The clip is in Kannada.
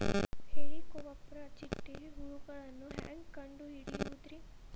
ಹೇಳಿಕೋವಪ್ರ ಚಿಟ್ಟೆ ಹುಳುಗಳನ್ನು ಹೆಂಗ್ ಕಂಡು ಹಿಡಿಯುದುರಿ?